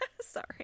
sorry